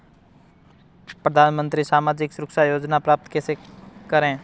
प्रधानमंत्री सामाजिक सुरक्षा योजना प्राप्त कैसे करें?